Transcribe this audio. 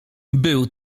był